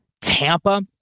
Tampa